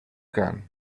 can